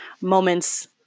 moments –